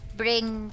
bring